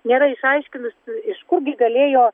nėra išaiškinus iš kur gi galėjo